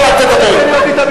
לא רוצה להיות אתה בחוץ.